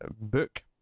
book